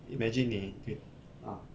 imagine 你 get ah